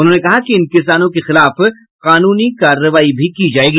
उन्होंने कहा कि इन किसानों के खिलाफ कानूनी कार्रवाई भी की जायेगी